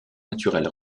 naturel